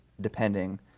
depending